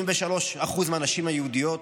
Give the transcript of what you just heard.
83% מהנשים היהודיות.